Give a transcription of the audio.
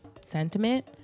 sentiment